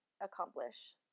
accomplish